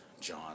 John